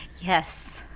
Yes